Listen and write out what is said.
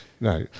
No